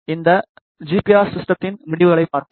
இந்த ஜிபிஆர் சிஸ்டத்தின் முடிவுகளைப் பார்ப்போம்